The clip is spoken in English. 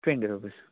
twenty rupees